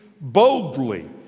boldly